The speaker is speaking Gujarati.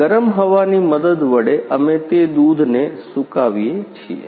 ગરમ હવાની મદદ વડે અમે તે દૂધ ને સુકાવીએ છીએ